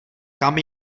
kam